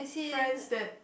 friends that